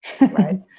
Right